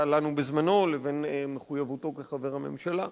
לנו בזמנו לבין מחויבותו כחבר הממשלה.